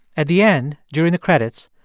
at the end, during the credits,